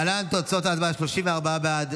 להלן תוצאות ההצבעה: 34 בעד,